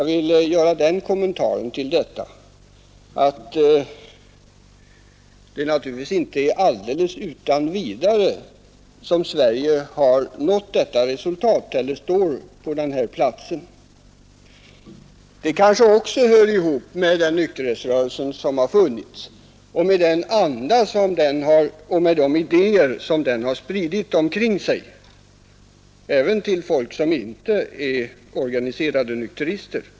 — Jag vill göra den kommentaren, att Sverige naturligtvis inte alldeles utan vidare har fått den här placeringen relativt långt ned på listan. Det kanske också hör ihop med den nykterhetsrörelse som har funnits och med den anda och de idéer den har spritt omkring sig — även till folk som inte är organiserade nykterister.